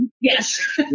Yes